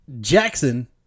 Jackson